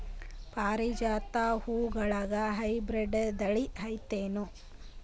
ಪಾರಿಜಾತ ಹೂವುಗಳ ಹೈಬ್ರಿಡ್ ಥಳಿ ಐತೇನು?